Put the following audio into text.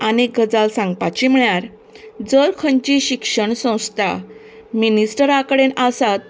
आनी एक गजाल सांगपाची म्हळ्यार जर खंयची शिक्षण संस्था मिनीस्टरा कडेन आसात